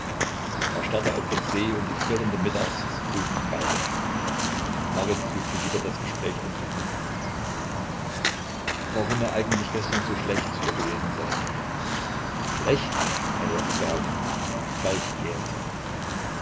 er starrte auf den see und die flirrende mittagshitze drüben im walde marit suchte wieder das gespräch anzuknüpfen warum er eigentlich gestern so schlecht zu ihr gewesen sei schlecht nein was sie sage falk gähnte